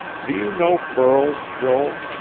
do you know pearls, joel?